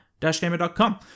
dashgamer.com